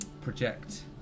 project